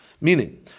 Meaning